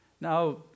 now